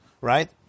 right